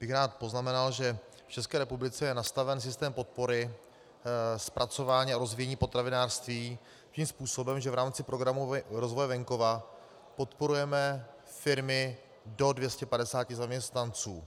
bych rád poznamenal, že v České republice je nastaven systém podpory zpracování a rozvíjení potravinářství tím způsobem, že v rámci Programu rozvoje venkova podporujeme firmy do 250 zaměstnanců.